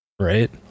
Right